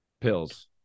pills